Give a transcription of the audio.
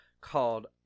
called